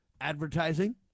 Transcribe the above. Advertising